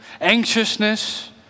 anxiousness